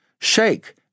Shake